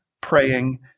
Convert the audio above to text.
praying